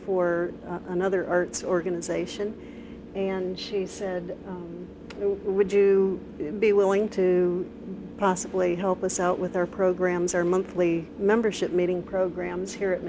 for another arts organization and she said would you be willing to possibly help us out with their programs or monthly membership meeting programs